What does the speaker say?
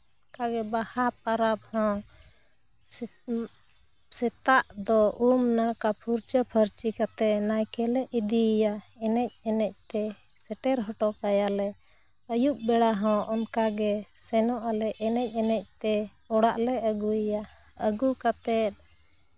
ᱚᱱᱠᱟ ᱜᱮ ᱵᱟᱦᱟ ᱯᱚᱨᱚᱵᱽ ᱦᱚᱸ ᱥᱮᱛᱟᱜ ᱫᱚ ᱩᱢᱼᱱᱟᱲᱠᱟ ᱯᱷᱩᱨᱪᱟᱹᱼᱯᱷᱟᱹᱨᱪᱤ ᱠᱟᱛᱮ ᱱᱟᱭᱠᱮ ᱞᱮ ᱤᱫᱤᱭᱮᱭᱟ ᱮᱱᱮᱡᱼᱮᱱᱮᱡ ᱛᱮ ᱥᱮᱴᱮᱨ ᱦᱚᱴᱚ ᱠᱟᱭᱟᱞᱮ ᱟᱹᱭᱩᱵ ᱵᱮᱲᱟ ᱦᱚᱸ ᱚᱱᱠᱟ ᱜᱮ ᱥᱮᱱᱚᱜ ᱟᱞᱮ ᱮᱱᱮᱡᱼᱮᱱᱮᱡ ᱛᱮ ᱚᱲᱟᱜ ᱞᱮ ᱟᱹᱜᱩᱭᱮᱭᱟ ᱟᱹᱜᱩ ᱠᱟᱛᱮ